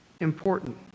important